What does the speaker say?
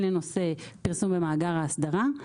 הן לנושא פרסום במאגר האסדרה.